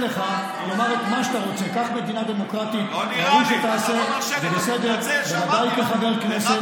שמנוגדת, מנוגדת, חבר הכנסת